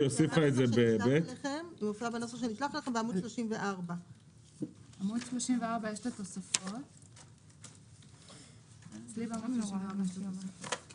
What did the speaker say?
זה מופיע בנוסח שנשלח אליכם בעמוד 34. כן.